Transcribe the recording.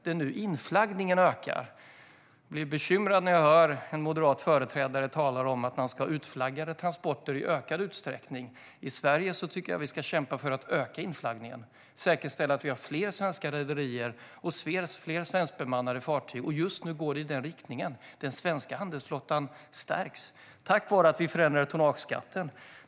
Det är nu inflaggningen ökar. Jag blir bekymrad när jag hör en moderat företrädare tala om att man ska ha utflaggade transporter i ökad utsträckning. Jag tycker att vi ska kämpa för att öka inflaggningen i Sverige och säkerställa att vi har fler svenska rederier och fler svenskbemannade fartyg. Just nu går det i den riktningen; den svenska handelsflottan stärks tack vare att vi förändrade tonnageskatten.